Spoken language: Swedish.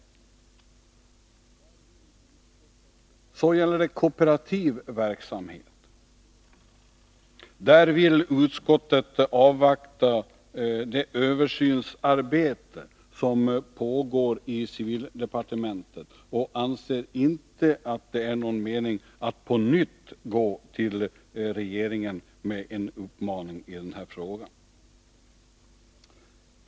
När det gäller kooperativ verksamhet vill utskottet avvakta det översynsarbete som pågår i civildepartementet och anser inte att det är någon mening med att på nytt gå till regeringen med en uppmaning i den här frågan.